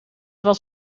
was